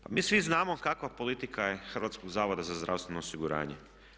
Pa mi svi znamo kakva politika je Hrvatskog zavoda za zdravstveno osiguranje.